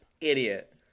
Idiot